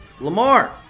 Lamar